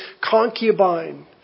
concubine